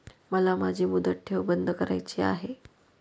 मला माझी मुदत ठेव बंद करायची आहे